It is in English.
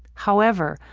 however,